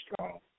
strong